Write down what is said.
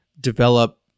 develop